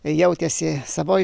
jautėsi savoj